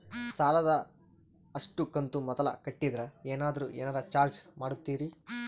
ಸಾಲದ ಅಷ್ಟು ಕಂತು ಮೊದಲ ಕಟ್ಟಿದ್ರ ಏನಾದರೂ ಏನರ ಚಾರ್ಜ್ ಮಾಡುತ್ತೇರಿ?